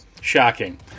Shocking